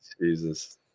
Jesus